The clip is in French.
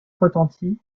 retentit